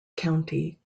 county